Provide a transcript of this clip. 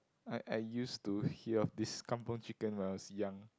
I I used to hear of this kampung chicken when I was young